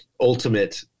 ultimate